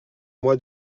moi